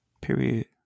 Period